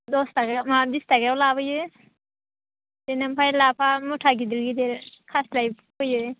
दस थाखा माबा बिस थाखायाव लाबोयो बिनिफ्राय लाफा मुथा गिदिर गिदिर खास्लाय फैयो